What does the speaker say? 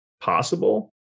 possible